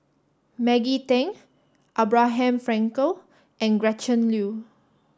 Maggie Teng Abraham Frankel and Gretchen Liu